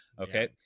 okay